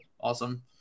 Awesome